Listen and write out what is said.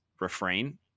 refrain